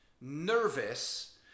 nervous